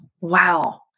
Wow